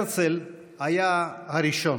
הרצל היה הראשון.